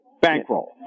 bankroll